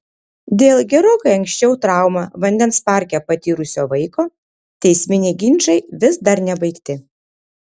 dėl gerokai anksčiau traumą vandens parke patyrusio vaiko teisminiai ginčai vis dar nebaigti